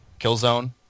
Killzone